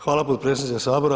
Hvala potpredsjedniče Sabora.